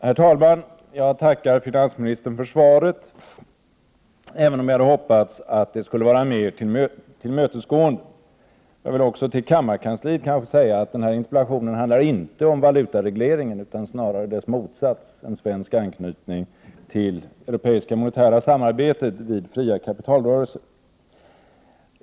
Herr talman! Jag tackar finansministern för svaret, även om jag hade hoppats att det skulle vara mer tillmötesgående. Jag vill också till kammarkansliet säga att den här interpellationen inte handlar om valutaregleringen utan snarare om dess motsats, en svensk anknytning till det europeiska monetära samarbetet vid fria kapitalrörelser.